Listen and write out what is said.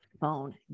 phone